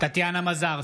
טטיאנה מזרסקי,